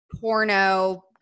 porno